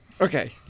Okay